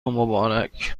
مبارک